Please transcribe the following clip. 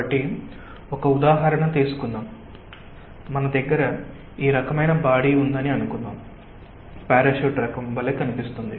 కాబట్టి ఒక ఉదాహరణ తీసుకుందాం మన దగ్గర ఈ రకమైన బాడి ఉందని అనుకుందాం పారాచూట్ రకం వలె కనిపిస్తుంది